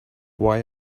why